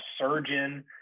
surgeon